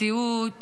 מציאות